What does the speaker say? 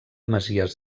masies